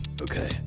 Okay